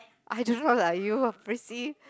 I don't know lah you are prissy